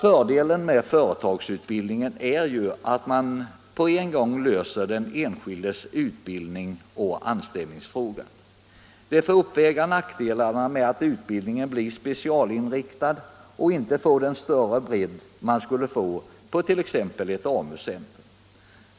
Fördelen med företagsutbildningen är att man på en gång löser den enskildes utbildningsoch anställningsfrågor. Det får uppväga nackdelen med att utbildningen blir specialinriktad och inte har den större bredd som man skulle få på t.ex. ett AMU-center.